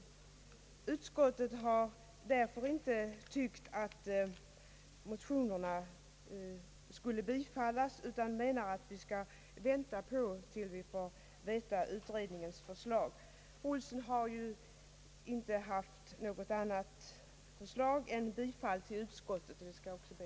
Utskottet har därför inte tyckt att motionen skulle bifallas, utan menar att vi skall vänta tills vi får se utredningens förslag. Fru Olsson hade ju inte något yrkande. Jag skall be att få yrka bifall till utskottets förslag.